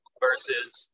versus